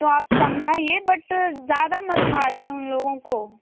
तो आप समझाइए बट ज़्यादा मत मारिए उन लोगों को